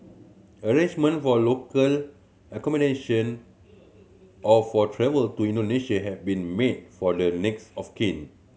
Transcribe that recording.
arrangement for a local accommodation or for travel to Indonesia have been made for the next of kin